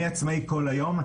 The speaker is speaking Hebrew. אני עצמאי כל היום.